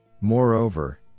Moreover